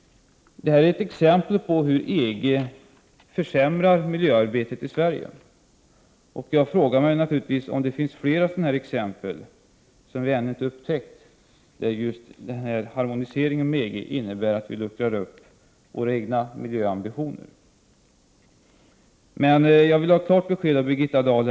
Det här är Om märkning av milett exempel på hur EG försämrar miljöarbetet i Sverige. Finns det flera jöfarliga batterier sådana exempel som vi ännu inte upptäckt, där den här harmoniseringen med EG innebär att vi i Sverige luckrar upp våra egna miljöambitioner? Jag vill ha ett klart besked av Birgitta Dahl.